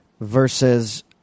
Versus